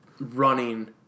running